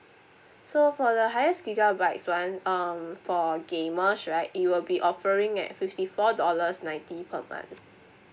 so for the highest gigabytes one um for gamers right it will be offering at fifty four dollars ninety per month